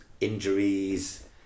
injuries